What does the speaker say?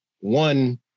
one